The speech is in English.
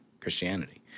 Christianity